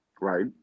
Right